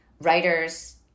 writers